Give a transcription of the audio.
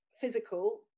physical